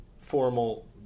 formal